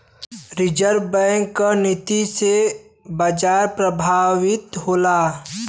reserve bank क नीति से बाजार प्रभावित होला